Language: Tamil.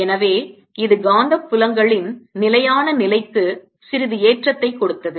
எனவே இது காந்தப் புலங்களின் நிலையான நிலைக்கு சிறிது ஏற்றத்தைக் கொடுத்தது